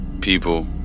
people